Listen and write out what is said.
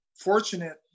fortunate